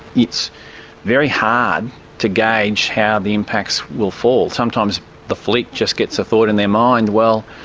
it's very hard to gauge how the impacts will fall. sometimes the fleet just gets a thought in their mind, well,